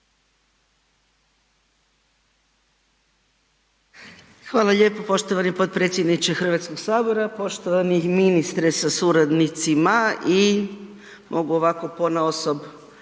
Hvala lijepo, Poštovani potpredsjedniče Hrvatskog sabora, poštovani ministre Beroš sa suradnikom kolegica jedna i